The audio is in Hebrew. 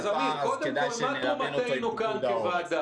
אז כדאי שנלבן אותו עם פיקוד העורף.